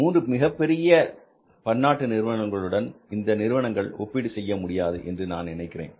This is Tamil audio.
3 மிகப்பெரிய பன்னாட்டு நிறுவனங்களுடன் இந்த நிறுவனங்கள் ஒப்பீடு செய்ய முடியாது என்று நான் நினைக்கிறேன்